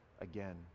again